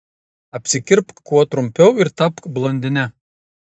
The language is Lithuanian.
apsikirpk kuo trumpiau ir tapk blondine